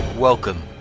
Welcome